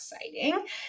exciting